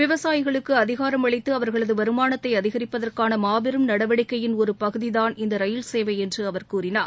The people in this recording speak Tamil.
விவசாயிகளுக்கு அதிகாரமளித்து அவர்களது வருமானத்தை அதிகரிப்பதற்கான மாபெரும் நடவடிக்கையின் ஒரு பகுதிதான் இந்த ரயில் சேவை என்று அவர் கூறினார்